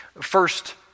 first